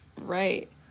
Right